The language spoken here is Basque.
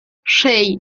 sei